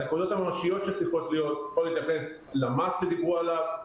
הנקודות הממשיות שצריכות להיות אני יכול להתייחס למס שדיברו עליו,